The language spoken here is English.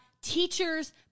teachers